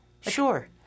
sure